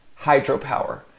hydropower